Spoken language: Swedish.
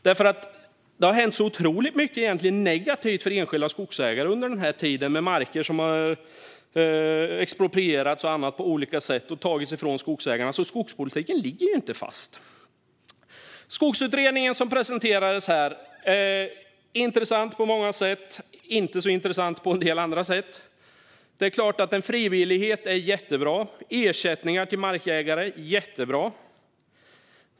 Det har nämligen hänt otroligt mycket negativt för enskilda skogsägare under denna tid, med marker som har exproprierats och på olika sätt tagits från skogsägarna. Så skogspolitiken ligger inte fast. Skogsutredningen, som presenterades här, är intressant på många sätt men inte så intressant på en del andra sätt. Det är klart att frivillighet är jättebra. Ersättningar till markägare är jättebra.